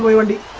monday,